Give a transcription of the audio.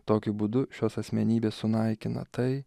tokiu būdu šios asmenybės sunaikina tai